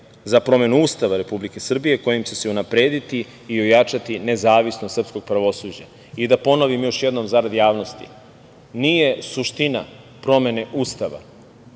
za promenu Ustava Republike Srbije kojim će se unaprediti i ojačati nezavisnost srpskog pravosuđa. Da ponovim još jednom za rad javnosti, nije suština promene Ustava